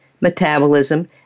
metabolism